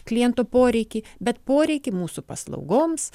klientų poreikį bet poreikį mūsų paslaugoms